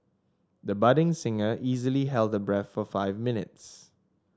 the budding singer easily held her breath for five minutes